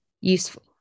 useful